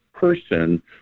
person